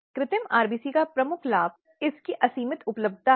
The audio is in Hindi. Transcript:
संदर्भसमय को देखें 1617 तो ये लिंग हिंसा के वे रूप हैं जो कि अपराध है